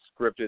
scripted